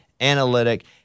analytic